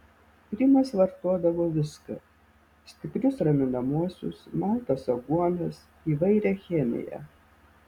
rimas vartodavo viską stiprius raminamuosius maltas aguonas įvairią chemiją